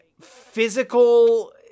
physical